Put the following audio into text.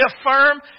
affirm